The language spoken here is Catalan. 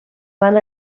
van